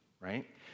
right